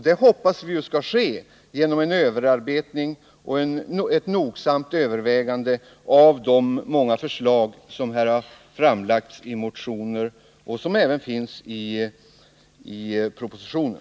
Det hoppas vi skall ske genom en överarbetning och ett nogsamt övervägande av de många förslag som här har framlagts i motioner och som även finns i propositionen.